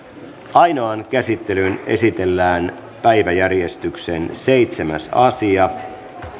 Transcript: ainoaan käsittelyyn esitellään päiväjärjestyksen seitsemäs asia